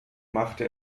machte